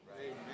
Amen